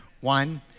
One